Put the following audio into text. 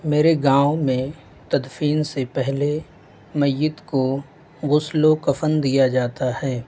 میرے گاؤں میں تدفین سے پہلے میت کو غسل و کفن دیا جاتا ہے